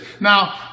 Now